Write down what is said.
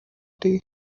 tea